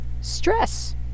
stress